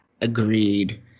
Agreed